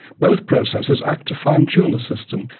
both processes act to fine tune the system,